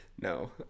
No